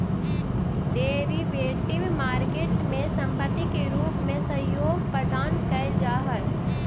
derivative market में संपत्ति के रूप में सहयोग प्रदान कैल जा हइ